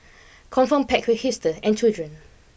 confirm packed with hipsters and children